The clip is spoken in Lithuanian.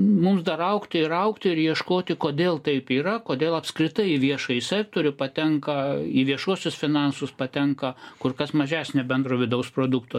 mums dar augti ir augti ir ieškoti kodėl taip yra kodėl apskritai į viešąjį sektorių patenka į viešuosius finansus patenka kur kas mažesnio bendro vidaus produkto